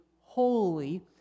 holy